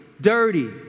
dirty